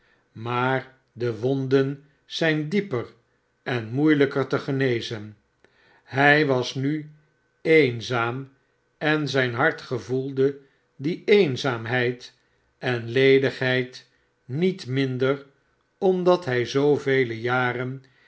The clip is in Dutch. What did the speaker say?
maar de wonden zijn dieper en moeielijker te genezen hij was nu eenzaam en zijn hart gevoelde die eenzaamheid en ledigheid niet minder omdat hij zoovele jaren